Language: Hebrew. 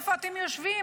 איפה אתם יושבים?